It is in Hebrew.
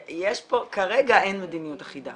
כרגע אין מדיניות אחידה